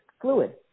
Fluid